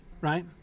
right